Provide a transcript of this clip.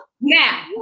now